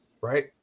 right